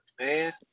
man